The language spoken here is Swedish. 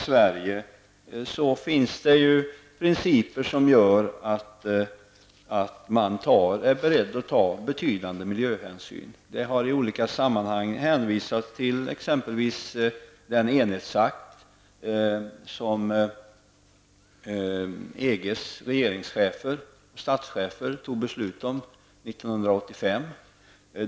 Det finns principer som visar att man är beredd att ta betydande miljöhänsyn. Det har i olika sammanhang hänvisats exempelvis till en enhetsrapport som EGs statschefer fattade beslut om 1985.